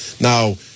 Now